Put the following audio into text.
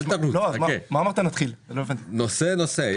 נעבור נושא-נושא.